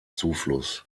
zufluss